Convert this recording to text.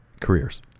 careers